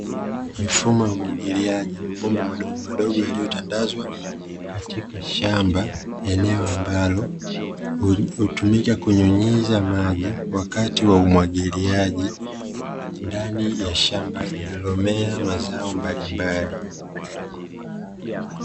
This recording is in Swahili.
Mifumo ya umwagiliaji mabomba madogomadogo yaliyotandazwa katika shamba, eneo ambalo hutumika kunyunyiza maji wakati wa umwagiliaji ndani ya shamba lililomea mazao mbalimbali.